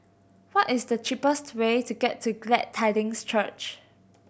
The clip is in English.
what is the cheapest way to get to Glad Tidings Church